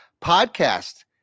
podcast